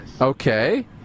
Okay